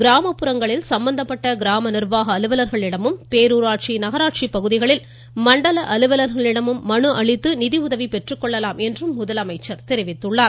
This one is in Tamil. கிராமப்புறங்களில் சம்பந்தப்பட்ட கிராம நிர்வாக அலுவலர்களிடமும் பேருராட்சி நகராட்சி பகுதிகளில் மண்டல அலுவலர்களிடமும் மனு அளித்து நிதியுதவியை பெற்றுக் கொள்ளலாம் என்றும் அவர் தெரிவித்துள்ளார்